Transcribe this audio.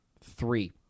three